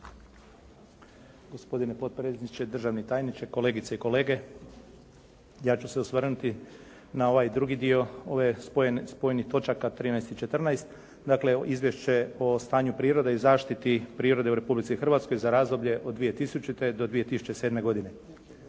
Gospodine potpredsjedniče, državni tajniče, kolegice i kolege. Ja ću se osvrnuti na ovaj drugi dio ovih spojenih točaka 13. i 14. Dakle, Izvješće o stanju prirode i zaštiti prirode u Republici Hrvatskoj za razdoblje od 2000. do 2007. godine.